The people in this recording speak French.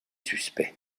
suspects